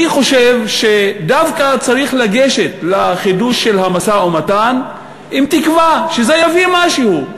אני חושב שדווקא צריך לגשת לחידוש של המשא-ומתן עם תקווה שזה יביא משהו,